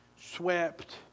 swept